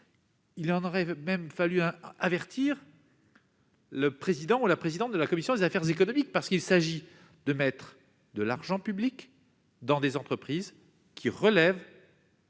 que soit averti également le président ou la présidente de la commission des affaires économiques, car il s'agit de mettre de l'argent public dans des entreprises qui relèvent,